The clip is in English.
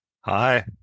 Hi